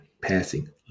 Passing